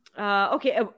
Okay